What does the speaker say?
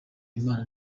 imana